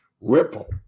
Ripple